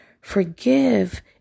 forgive